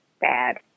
bad